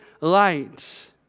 light